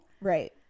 Right